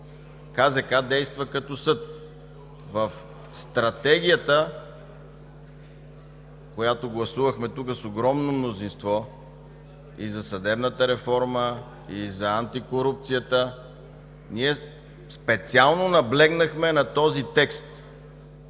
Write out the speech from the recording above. действа като съд. В Стратегията, която гласувахме тук с огромно мнозинство – и за съдебната реформа, и за антикорупцията, ние специално наблегнахме на този текст,